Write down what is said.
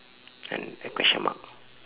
and a question mark